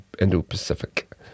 Indo-Pacific